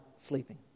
sleeping